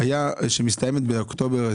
היה עיסוק בהחלטת ממשלה בנושא.